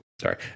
sorry